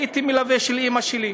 הייתי מלווה של אימא שלי,